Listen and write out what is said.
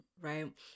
right